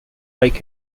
like